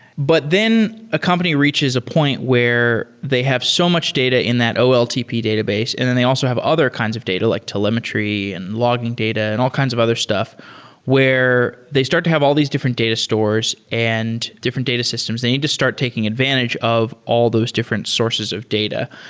but then a company reaches a point where they have so much data in that oltp database and then they also have other kinds of data, like telemetry, and logging data and all kinds of other stuff where they start to have all these different data stores and different data systems. they need to start taking advantage of all those different sources of data.